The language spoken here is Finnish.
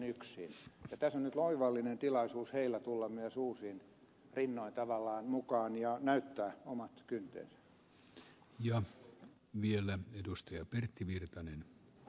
tässä on nyt oivallinen tilaisuus niillä tulla myös uusin rinnoin tavallaan mukaan ja näyttää omat kyntensä